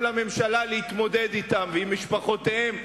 לממשלה להתמודד אתם ועם משפחותיהם,